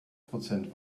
prozent